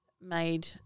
made